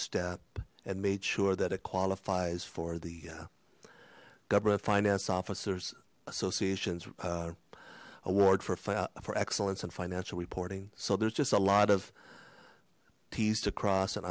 step and made sure that it qualifies for the government finance officers association award for for excellence in financial reporting so there's just a lot of t's to cross and